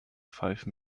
five